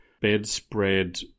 bedspread